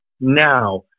now